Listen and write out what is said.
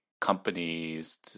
companies